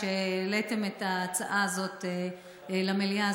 שהעליתן את ההצעה הזאת למליאה.